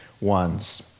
ones